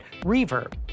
Reverb